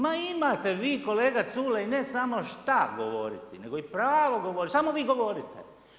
Ma imate vi kolega Culej, ne samo šta govoriti, nego i pravo govoriti, samo vi govorite.